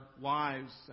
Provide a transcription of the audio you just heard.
lives